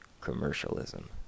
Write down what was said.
commercialism